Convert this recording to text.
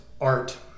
art